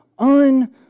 un